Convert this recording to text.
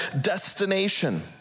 destination